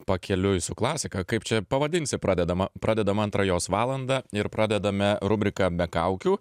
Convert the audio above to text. pakeliui su klasika kaip čia pavadinsi pradedama pradedam antrą jos valandą ir pradedame rubriką be kaukių